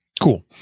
Cool